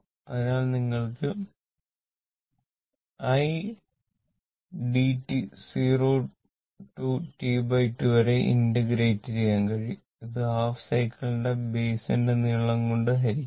അതിനാൽ നിങ്ങൾക്ക് Idt 0 മുതൽ T2 വരെ ഇന്റഗ്രേറ്റ് ചെയ്യാൻ കഴിയും ഇത് ഹാഫ് സൈക്കിൾ ന്റെ ബൈസ് ന്റെ നീളം കൊണ്ട് ഹരിക്കുന്നു